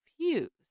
confused